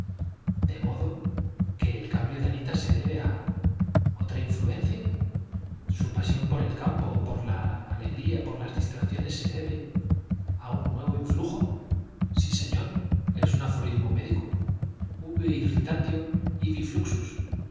de modo que el cambio de anita se debe a otra influencia su pasión por el campo por la alegría por las distracciones se debe a un nuevo influjo sí señor es un aforismo médico ubi irritatio ibi